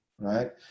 right